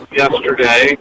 yesterday